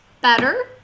better